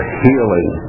healing